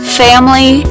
family